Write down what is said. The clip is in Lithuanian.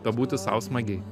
pabūti sau smagiai